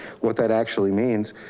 what that actually means.